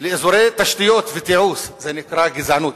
לאזורי תשתיות ותיעוש זה נקרא גזענות.